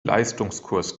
leistungskurs